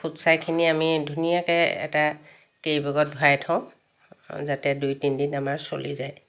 ফুটছাইখিনি আমি ধুনীয়াকৈ এটা কেৰি বেগত ভৰাই থওঁ যাতে দুই তিনিদিন আমাৰ চলি যায়